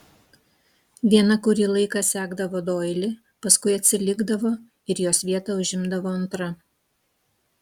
viena kurį laiką sekdavo doilį paskui atsilikdavo ir jos vietą užimdavo antra